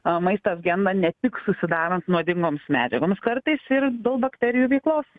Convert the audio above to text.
a maistas genda ne tik susidarant nuodingoms medžiagoms kartais ir dėl bakterijų veiklos